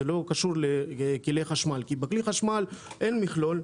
זה לא קשור לכלי חשמל כי בכלי חשמל אין מכלול,